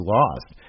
lost